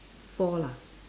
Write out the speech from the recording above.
four lah